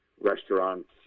restaurants